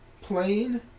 plain